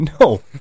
No